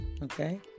Okay